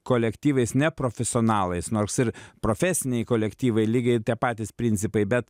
kolektyvais neprofesionalais nors ir profesiniai kolektyvai lygiai tie patys principai bet